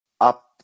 up